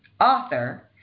author